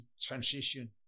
transition